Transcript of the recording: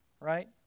right